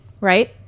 Right